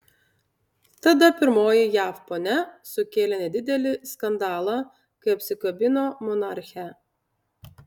tada pirmoji jav ponia sukėlė nedidelį skandalą kai apsikabino monarchę